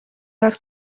haar